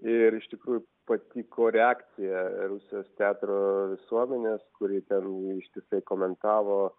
ir iš tikrųjų patiko reakcija rusijos teatro visuomenės kuri ten ištisai komentavo